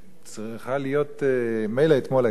צריך להיות, מילא אתמול היתה לוויה,